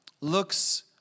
looks